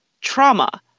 trauma